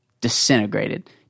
disintegrated